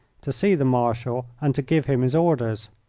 to see the marshal, and to give him his orders.